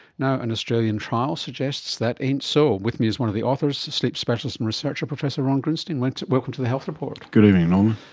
now an australian trial suggests that isn't so. with me is one of the authors, sleep specialist and researcher professor ron grunstein. welcome to the health report. good evening um